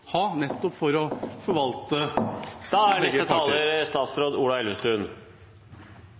ha nettopp for å forvalte